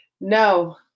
No